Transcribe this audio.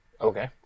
Okay